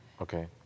Okay